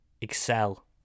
excel